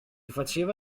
faceva